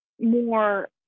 more